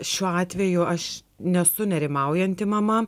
šiuo atveju aš nesu nerimaujanti mama